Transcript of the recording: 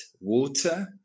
water